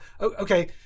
okay